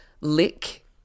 lick